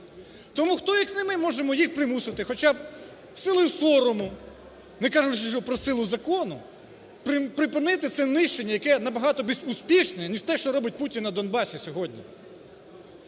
Тому хто, як не ми можемо їх примусити хоча б силою сорому, не кажучи вже про силу закону, припинити це нищення, яке набагато більш успішне, ніж те, що робить Путін на Донбасі сьогодні.